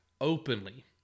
openly